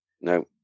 No